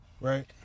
Right